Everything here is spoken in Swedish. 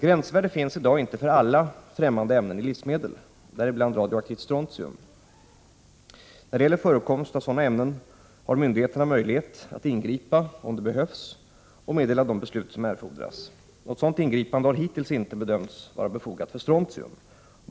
Gränsvärde finns i dag inte för alla främmande ämnen i livsmedel, däribland radioaktivt strontium. När det gäller förekomst av sådana ämnen har myndigheterna möjlighet att ingripa om det behövs och meddela de beslut som erfordras. Något sådant ingripande har hittills inte bedömts vara befogat för strontium.